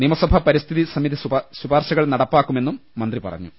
നിയമസഭാ പരിസ്ഥിതി സമിതി ശുപാർശകൾ നടപ്പാക്കുമെന്നും മന്ത്രി പറഞ്ഞു